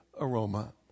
aroma